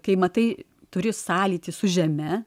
kai matai turi sąlytį su žeme